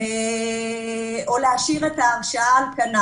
או להשאיר את ההרשעה על כנה.